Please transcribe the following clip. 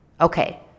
Okay